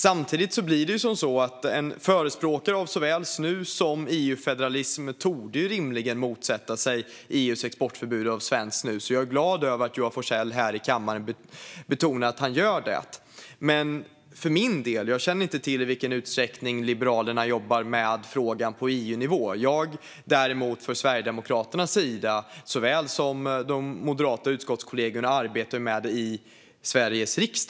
Samtidigt blir det så att en förespråkare för såväl snus som EU-federalism rimligen torde motsätta sig EU:s exportförbud av svenskt snus. Jag är glad över att Joar Forssell här i kammaren betonar att han gör det. Jag känner inte till i vilken utsträckning Liberalerna jobbar med frågan på EU-nivå, men jag för Sverigedemokraterna och de moderata utskottskollegorna arbetar i Sveriges riksdag med dessa frågor.